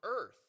earth